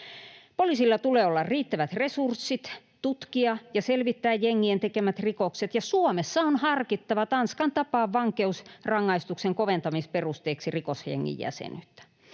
Poliisilla tulee olla riittävät resurssit tutkia ja selvittää jengien tekemät rikokset. Suomessa on harkittava Tanskan tapaan vankeusrangaistuksen koventamisperusteeksi rikosjengin jäsenyyttä.